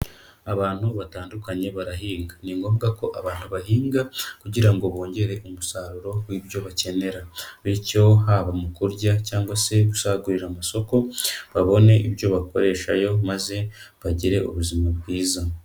Abantu batandukanye barahinga. Ni ngombwa ko abantu bahinga kugira ngo bongere umusaruro w'ibyo bakenera, bityo haba mu kurya cyangwa se gusagurira amasoko babone ibyo bakoreshayo maze bagire ubuzima bwiza.